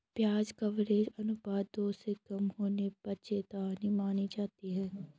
ब्याज कवरेज अनुपात दो से कम होने पर चेतावनी मानी जाती है